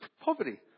poverty